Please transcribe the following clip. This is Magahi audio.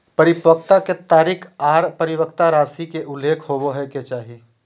परिपक्वता के तारीख आर परिपक्वता राशि के उल्लेख होबय के चाही